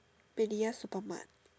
P_D_F super mart